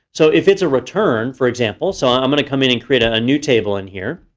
so, if it's a return, for example, so i'm going to come in and create ah a new table in here.